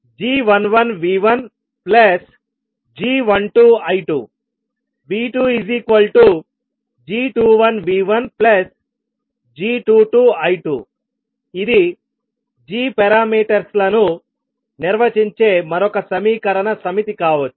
I1g11V1g12I2 V2g21V1g22I2 ఇది g parameters లను నిర్వచించే మరొక సమీకరణ సమితి కావచ్చు